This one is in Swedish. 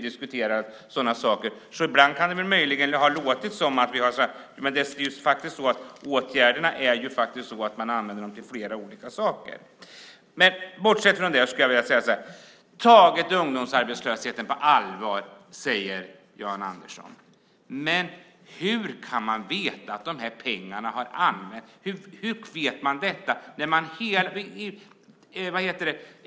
Man använder ju faktiskt åtgärderna till flera olika saker. Vi har tagit arbetslösheten på allvar, säger Jan Andersson. Hur kan man veta hur pengarna har använts?